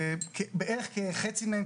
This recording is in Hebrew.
שבערך כחצי מהם,